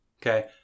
Okay